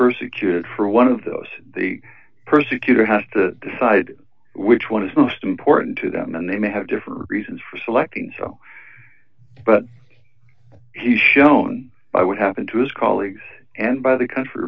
persecuted for one of those persecutor has to decide which one is most important to them and they may have different reasons for selecting so but he's shown by what happened to his colleagues and by the country